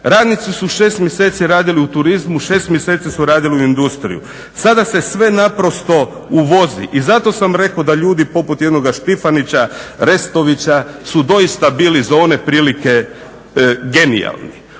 Radnici su 6 mjeseci radili u turizmu, 6 mjeseci su radili u industriji. Sada se sve uvozi i zato sam rekao da ljudi poput jednoga Štifanića, REstovića su doista bili za one prilike genijalni.